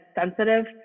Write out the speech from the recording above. sensitive